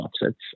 offsets